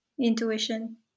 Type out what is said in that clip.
Intuition